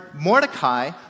Mordecai